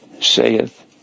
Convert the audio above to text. saith